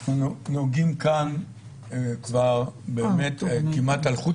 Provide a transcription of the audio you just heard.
אנחנו נוגעים כאן כבר באמת כמעט על חוט